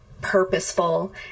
purposeful